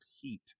heat